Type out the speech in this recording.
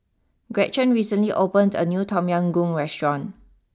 Gretchen recently opened a new Tom Yam Goong restaurant